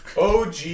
OG